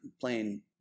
playing